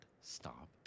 stop